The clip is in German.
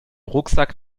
rucksack